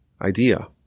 idea